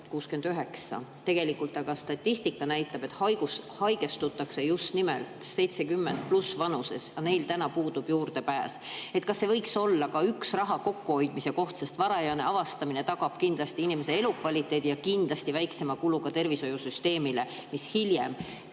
69. Tegelikult aga statistika näitab, et haigestutakse just nimelt 70+ vanuses, aga neil täna puudub juurdepääs. Kas see võiks olla ka üks raha kokkuhoidmise koht? Varajane avastamine tagab kindlasti inimese elukvaliteedi ja kindlasti väiksema kulu tervishoiusüsteemile, mis hiljem